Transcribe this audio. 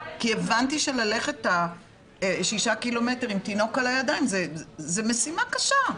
כי הבנתי שללכת 6 קמ' עם תינוק על הידיים זו משימה קשה.